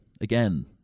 Again